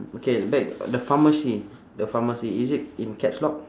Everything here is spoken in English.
okay back the pharmacy the pharmacy is it in caps lock